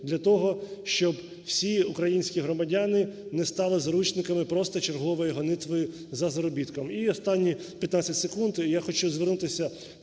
для того, щоб всі українські громадяни не стали заручниками просто чергової гонитви за заробітком. І останні 15 секунд. Я хочу звернутися